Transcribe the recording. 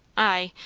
ay,